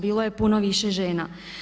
Bilo je puno više žena.